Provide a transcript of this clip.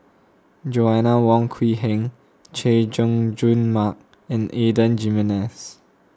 Joanna Wong Quee Heng Chay Jung Jun Mark and Adan Jimenez